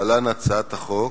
להלן: הצעת החוק,